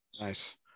nice